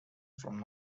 from